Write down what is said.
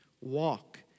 walk